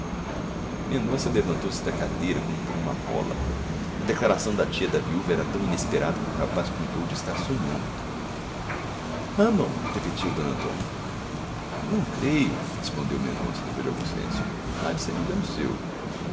mendonça levantou-se da cadeira como por uma mola a declaração da tia da viúva era tão inesperada que o rapaz cuidou estar sonhando ama o repetiu d antônia não creio respondeu mendonça depois de algum silêncio há de ser engano seu